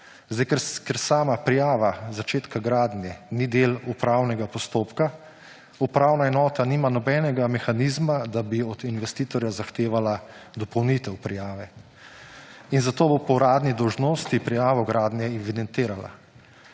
Ker sama prijava začetka gradnje ni del upravnega postopka, upravna enota nima nobenega mehanizma, da bi od investitorja zahtevala dopolnitev prijave. In zato bo po uradi dolžnosti prijavo gradnje evidentirala.